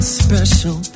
special